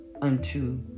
unto